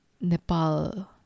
Nepal